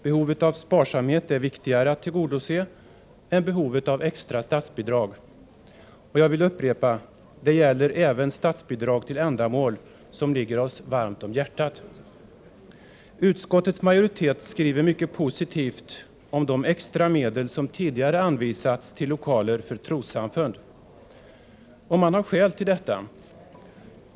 Behovet av sparsamhet är viktigare att tillgodose än behovet av extra statsbidrag. Jag vill upprepa: Det gäller även statsbidrag till ändamål som ligger oss varmt om hjärtat. Utskottets majoritet skriver mycket positivt om de extra medel som tidigare anvisats till lokaler för trossamfund. Man har skäl härför.